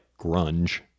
grunge